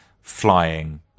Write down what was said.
flying